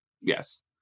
Yes